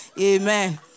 Amen